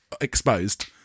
exposed